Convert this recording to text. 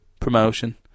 promotion